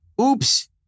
oops